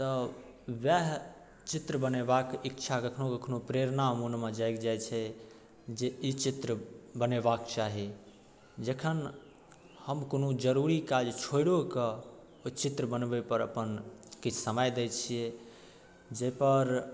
तऽ ओएह चित्र बनयबाक इच्छा कखनो कखनो प्रेरणा मोनमे जागि जाइत छै जे ई चित्र बनयबाक चाही जखन हम कोनो जरुरी काज छोड़िओ कऽ ओहि चित्र बनबै पर अपन किछु समय दै छियै जाहि पर